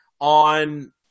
on